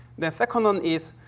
the second one is,